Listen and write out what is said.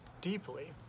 deeply